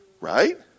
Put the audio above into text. Right